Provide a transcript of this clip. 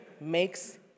makes